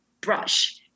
brush